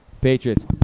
Patriots